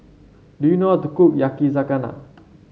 do you know how to cook Yakizakana